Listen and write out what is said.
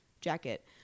jacket